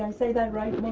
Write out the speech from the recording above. and say that right?